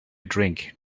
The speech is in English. drink